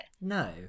No